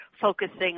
focusing